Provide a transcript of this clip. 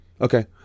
Okay